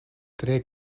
tre